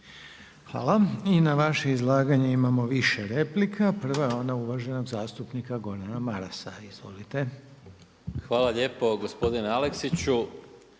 Hvala. I na vaše izlaganje imamo više replika. Prva je onog uvaženog zastupnika Gordana Marasa. Izvolite. **Maras, Gordan (SDP)** Hvala lijepo gospodine Aleksiću.